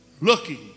looking